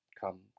come